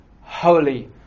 Holy